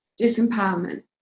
disempowerment